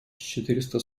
четыреста